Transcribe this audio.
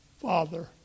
Father